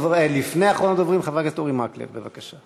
לפני אחרון הדוברים, חבר הכנסת אורי מקלב, בבקשה.